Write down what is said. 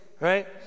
Right